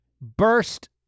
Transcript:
burst